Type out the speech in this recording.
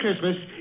Christmas